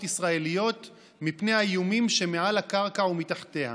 ישראליות מפני האיומים שמעל הקרקע ומתחתיה.